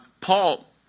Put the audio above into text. Paul